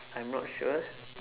I'm not sure